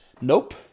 Nope